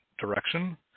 direction